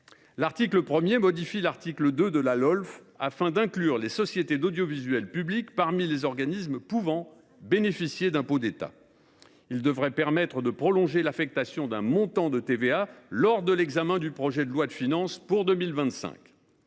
L’article 1 modifie l’article 2 de la Lolf afin d’inclure les sociétés d’audiovisuel public parmi les organismes pouvant bénéficier d’impôts d’État. Il devrait permettre de prolonger l’affectation d’un montant de TVA lors de l’examen du projet de loi de finances pour 2025.